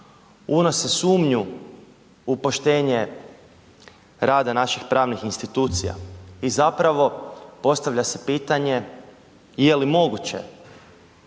unose sumnju u poštenje rada naših pravnih institucija i zapravo postavlja se pitanje je li moguće